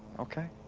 ok.